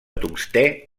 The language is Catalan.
tungstè